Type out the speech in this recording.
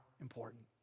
important